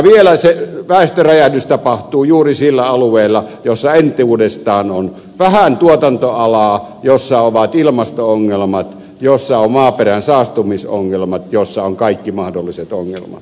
vielä se väestöräjähdys tapahtuu juuri sillä alueella jolla entuudestaan on vähän tuotantoalaa jolla on ilmasto ongelmat jolla on maaperän saastumisongelmat jolla on kaikki mahdolliset ongelmat